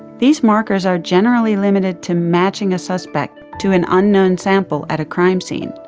these markers are generally limited to matching a suspect to an unknown sample at a crime scene,